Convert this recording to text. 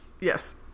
Yes